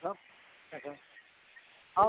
hollow hollow